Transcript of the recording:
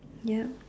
yup